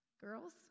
Girls